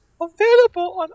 Available